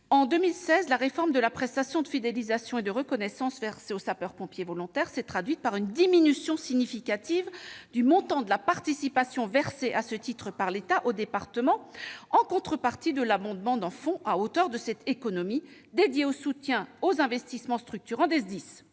En 2016, la réforme de la prestation de fidélisation et de reconnaissance (PFR) versée aux sapeurs-pompiers volontaires s'est traduite par une diminution significative du montant de la participation versée à ce titre par l'État aux départements, en contrepartie de l'abondement d'un fonds à hauteur de cette économie, dédié au soutien aux investissements structurants des SDIS.